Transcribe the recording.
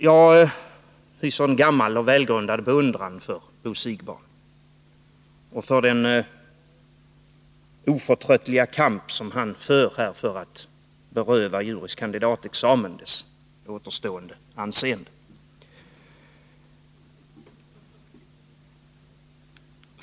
Jag hyser en gammal och välgrundad beundran för Bo Siegbahn och för den oförtröttliga kamp han för här för att beröva juris kandidatexamen dess återstående anseende.